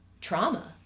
trauma